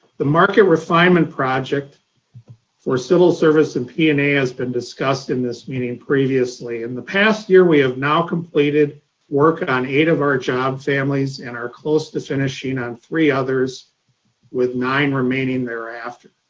the market refinement project for civil service and p and a has been discussed in this meeting previously. in the past year, we have now completed work on eight of our job families and are close to finishing on three others with nine remaining thereafter.